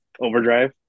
overdrive